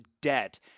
debt